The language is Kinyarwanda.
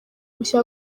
mushya